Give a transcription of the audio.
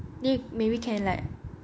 then maybe you can like